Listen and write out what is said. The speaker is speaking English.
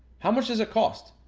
how much does it cost?